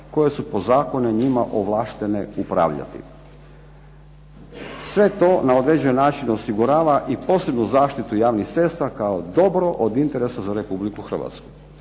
koje su po zakonu njima ovlaštene upravljati. Sve to na određeni način osigurava i posebnu zaštitu javnih cesta kao dobro od interesa za Republiku Hrvatsku.